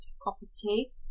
property